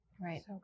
Right